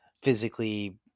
physically